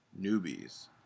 newbies